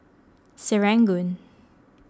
Serangoon